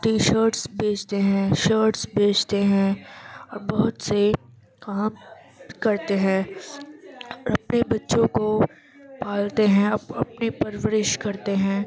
T shirts بیچتے ہیں shirts بیچتے ہیں اور بہت سے کام کرتے ہیں اور اپنے بچوں کو پالتے ہیں اپنی پرورش کرتے ہیں